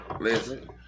Listen